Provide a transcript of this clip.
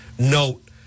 note